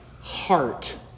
heart